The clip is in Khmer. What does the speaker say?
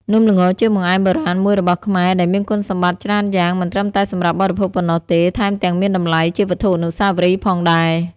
នំល្ងជាបង្អែមបុរាណមួយរបស់ខ្មែរដែលមានគុណសម្បត្តិច្រើនយ៉ាង មិនត្រឹមតែសម្រាប់បរិភោគប៉ុណ្ណោះទេ ថែមទាំងមានតម្លៃជាវត្ថុអនុស្សាវរីយ៍ផងដែរ។